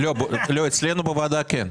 אצלנו בוועדה כן.